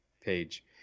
page